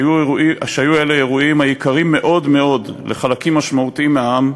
שהיו אלה אירועים היקרים מאוד מאוד לחלקים משמעותיים מהעם,